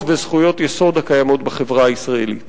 וזכויות יסוד הקיימות בחברה הישראלית,